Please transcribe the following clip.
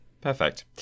Perfect